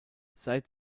seit